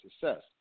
success